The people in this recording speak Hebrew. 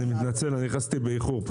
אני מתנצל, נכנסתי באיחור.